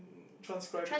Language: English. transcript it